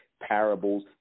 Parables